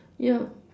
ya